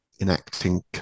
enacting